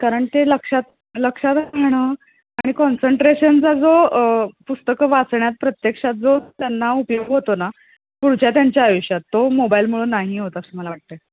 कारण ते लक्षात लक्षातच राहणं आणि कॉन्सन्ट्रेशनचा जो पुस्तकं वाचण्यात प्रत्यक्षात जो त्यांना उपयोग होतो ना पुढच्या त्यांच्या आयुष्यात तो मोबाईलमुळे नाही होत असं मला वाटत आहे